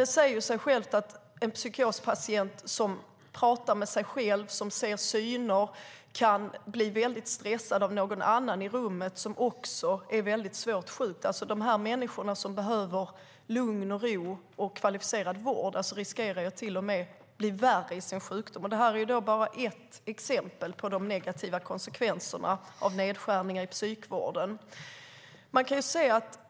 Det säger sig självt att en psykospatient som pratar med sig själv och som ser syner kan bli väldigt stressad av någon annan i rummet som också är svårt sjuk. De här människorna, som behöver lugn och ro och kvalificerad vård, riskerar till och med att bli sämre i sin sjukdom. Detta är bara ett exempel på de negativa konsekvenserna av nedskärningarna i psykvården.